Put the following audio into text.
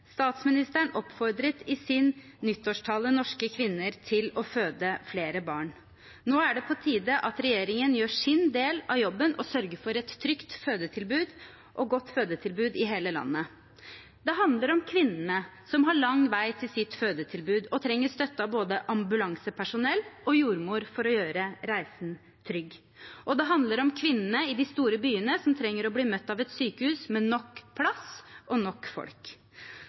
Statsministeren oppfordret i sin nyttårstale norske kvinner til å føde flere barn. Nå er det på tide at regjeringen gjør sin del av jobben og sørger for et trygt og godt fødetilbud i hele landet. Det handler om kvinnene som har lang vei til sitt fødetilbud og trenger støtte av både ambulansepersonell og jordmor for å gjøre reisen trygg, og det handler om kvinnene i de store byene som trenger å bli møtt av et sykehus med nok plass og nok folk.